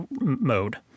mode